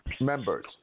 members